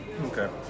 okay